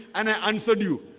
and i answered you.